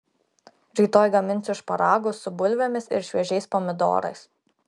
rytoj gaminsiu šparagus su bulvėmis ir šviežiais pomidorais